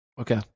Okay